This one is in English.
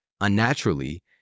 unnaturally